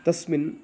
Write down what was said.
तस्मिन्